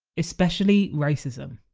especially racism